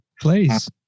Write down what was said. Please